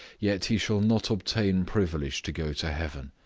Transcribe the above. yet he shall not obtain privilege to go to heaven,